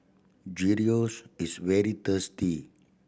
gyros is very tasty